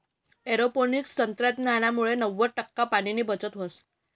aeroponics तंत्रज्ञानमुये नव्वद टक्का पाणीनी बचत व्हस